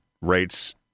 rates